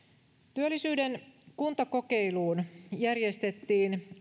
työllisyyden kuntakokeiluun järjestettiin